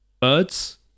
birds